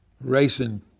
racing